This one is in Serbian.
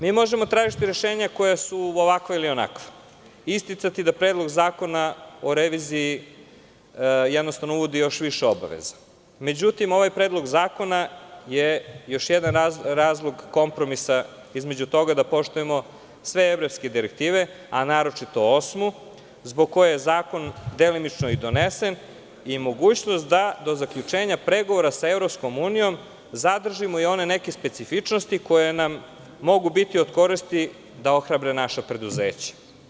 Možemo tražiti rešenja koja su ovakva ili onakva, isticati da Predlog zakona o reviziji uvodi još više obaveza, međutim ovaj Predlog zakona je još jedan razlog kompromisa između toga da poštujemo sve evropske direktive, a naročito osmu, zbog koje je zakon delimično i donesen i mogućnost da do zaključenja pregovora sa EU zadržimo i one neke specifičnosti koje nam mogu biti od koristi da ohrabre naša preduzeća.